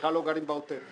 בכלל לא גרים בעוטף.